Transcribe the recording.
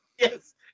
Yes